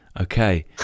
Okay